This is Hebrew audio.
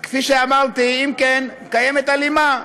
כפי שאמרתי, אם כן, קיימת הלימה.